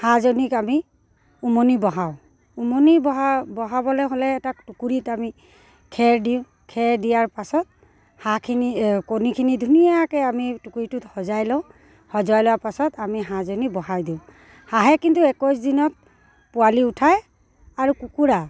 হাঁহজনীক আমি উমনি বহাওঁ উমনি বহাবলৈ হ'লে এটা টুকুৰিত আমি খেৰ দিওঁ খেৰ দিয়াৰ পাছত হাঁহখিনি কণীখিনি ধুনীয়াকৈ আমি টুকুৰিটোত সজাই লওঁ সজাই লোৱাৰ পাছত আমি হাঁহজনী বহাই দিওঁ হাঁহে কিন্তু একৈছ দিনত পোৱালি উঠাই আৰু কুকুৰা